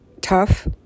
tough